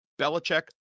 Belichick